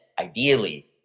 ideally